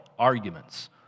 Arguments